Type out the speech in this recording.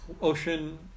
ocean